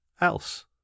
else